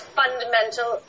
fundamental